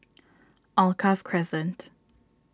Alkaff Crescent